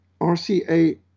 RCA